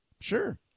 Sure